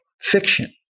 fiction